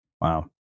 Wow